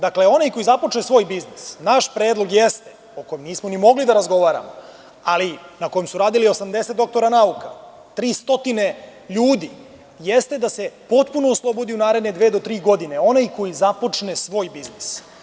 Dakle, onaj koji započne svoj biznis, naš predlog jeste, o kom nismo ni mogli da razgovaramo, ali na kojem su radili 80 doktora nauka, 300 ljudi, jeste da se potpuno oslobodi u naredne dve do tri godine onaj koji započne svoj biznis.